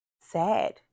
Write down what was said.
sad